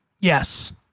Yes